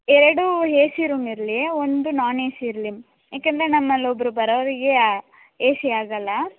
ಎರಡು A C room ಇರಲಿ ಒಂದು ನಾನ್ ಎ ಸಿ ಇರಲಿ ಏಕೆಂದರೆ ನಮ್ಮಲ್ಲಿ ಒಬ್ಬರು ಬರೋವ್ರಿಗೆ ಯ ಎ ಸಿ ಆಗಲ್ಲ